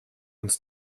uns